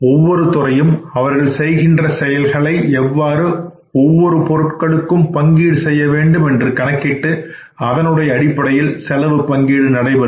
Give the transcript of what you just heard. ஒவ்வொரு துறையும் அவர்கள் செய்கின்ற செயல்களை எவ்வாறு ஒவ்வொரு பொருளுக்கும் பங்கீடு செய்ய வேண்டும் என்று கணக்கிட்டு அதனுடைய அடிப்படையில் செலவு பங்கீடு நடைபெறும்